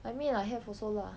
I mean lah I have also lah